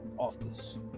office